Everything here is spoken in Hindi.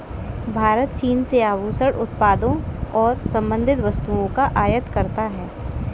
भारत चीन से आभूषण उत्पादों और संबंधित वस्तुओं का आयात करता है